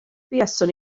buaswn